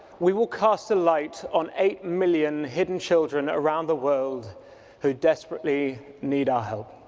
we will cast a light on eight million hidden children around the world who desperately need our help.